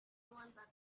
privilege